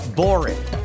boring